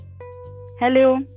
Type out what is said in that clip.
Hello